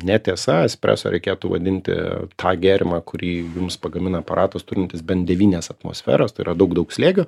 netiesa espreso reikėtų vadinti tą gėrimą kurį jums pagamina aparatas turintis bent devynias atmosferas tai yra daug daug slėgio